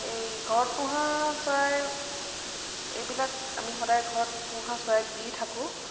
এই ঘৰত পোহা চৰাইৰ এইবিলাক আমি সদায় ঘৰত পোহা চৰাইক দি থাকোঁ